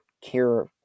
care